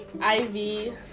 ivy